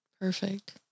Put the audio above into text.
perfect